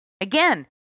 Again